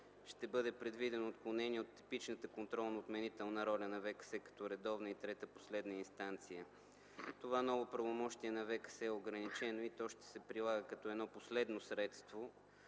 ще бъде предвидено отклонение от типичната контролно отменителна роля на ВКС като редовна и трета последна инстанция. Това ново правомощие на Върховния касационен съд е ограничено и то ще се прилага като едно последно средство.